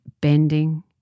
bending